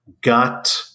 got